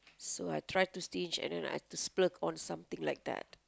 so I try to stinge and then I like to splurge on something like that